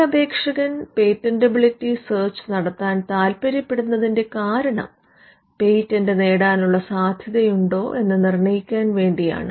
ഒരു അപേക്ഷകൻ patentability search നടത്താൻ താത്പ്പര്യപ്പെടുന്നതിന്റെ കാരണം പേറ്റന്റ് നേടാനുള്ള സാധ്യത ഉണ്ടോ എന്ന് നിർണ്ണയിക്കാൻ വേണ്ടിയാണ്